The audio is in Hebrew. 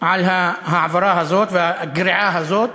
על ההעברה הזאת והגריעה הזאת.